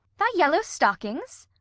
thy yellow stockings!